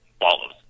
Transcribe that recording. follows